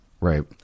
right